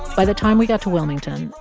by the time we got to wilmington,